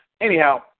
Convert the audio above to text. anyhow